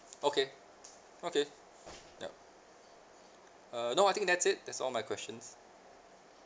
okay okay yup err no I think that's it that's all my questions